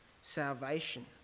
salvation